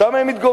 שם הם מתגוררים,